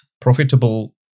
profitable